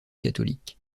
catholique